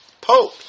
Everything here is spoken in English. pope